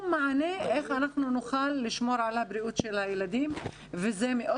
כל מענה איך אנחנו נוכל לשמור על הבריאות שלה וזה מאוד